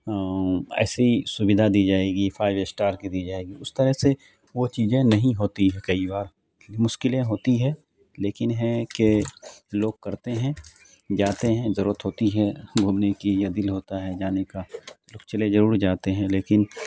ایسی سویدھا دی جائے گی فائیو اسٹار کی دی جائے گی اس طرح سے وہ چیزیں نہیں ہوتی ہے کئی بار مشکلیں ہوتی ہے لیکن ہیں کہ لوگ کرتے ہیں جاتے ہیں ضرورت ہوتی ہے گھومنے کی یا دل ہوتا ہے جانے کا لوگ چلے ضرور جاتے ہیں لیکن